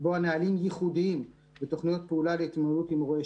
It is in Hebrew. לקבוע נהלים ייחודיים ותוכניות פעולה להתמודדות עם אירועי